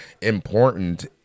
important